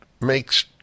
makes